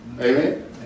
Amen